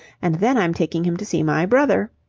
and then i'm taking him to see my brother.